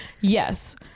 yes